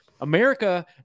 America